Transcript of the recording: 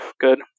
good